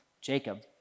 Jacob